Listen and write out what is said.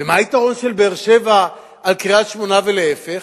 ומה היתרון של באר-שבע על קריית-שמונה ולהיפך?